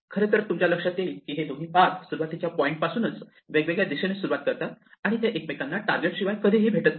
खरे तर तुमच्या लक्षात येईल की हे दोन्ही पाथ सुरुवातीच्या पॉईंट पासून वेगवेगळ्या दिशेने सुरुवात करतात आणि ते एकमेकांना टारगेट शिवाय कधीही भेटत नाही